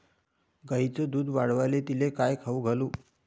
गायीचं दुध वाढवायले तिले काय खाऊ घालू?